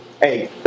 Hey